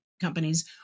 companies